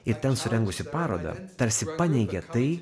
ir ten surengusi parodą tarsi paneigė tai